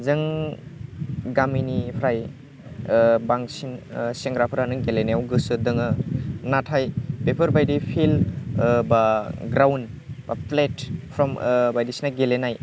जों गामिनिफ्राय बांसिन सेंग्राफोरानो गेलेनायाव गोसो दङ नाथाय बेफोरबायदि फिल्ड बा ग्राउण्ड बा प्लेटफर्म बायदिसिना गेलेनाय